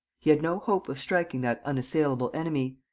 he had no hope of striking that unassailable enemy.